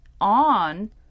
On